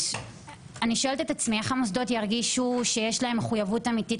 אני שואלת את עצמי איך המוסדות ירגישו שיש להם מחויבות אמיתית